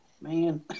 man